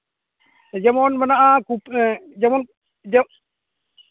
ᱡᱮᱢᱚᱱ ᱢᱮᱱᱟᱜᱼᱟ ᱡᱮᱢᱚᱱ ᱡᱮ